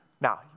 Now